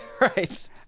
Right